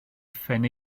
phen